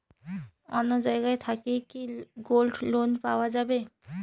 অন্য জায়গা থাকি কি গোল্ড লোন পাওয়া যাবে?